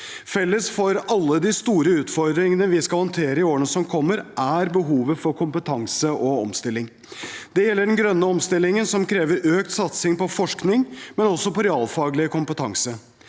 Felles for alle de store utfordringene vi skal håndtere i årene som kommer, er behovet for kompetanse og omstilling. Det gjelder den grønne omstillingen, som krever økt satsing på forskning og også på realfaglig kompetanse.